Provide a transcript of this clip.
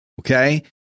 okay